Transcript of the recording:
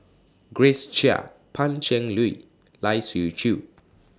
Grace Chia Pan Cheng Lui Lai Siu Chiu